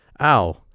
Ow